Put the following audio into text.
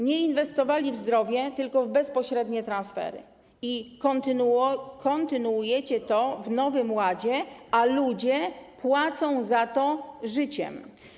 Nie inwestowaliście w zdrowie, tylko w bezpośrednie transfery i kontynuujecie to w Nowym Ładzie, a ludzie płacą za to życiem.